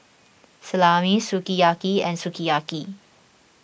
Salami Sukiyaki and Sukiyaki